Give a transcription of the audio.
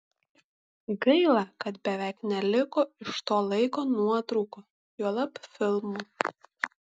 gaila kad beveik neliko iš to laiko nuotraukų juolab filmų